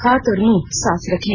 हाथ और मुंह साफ रखें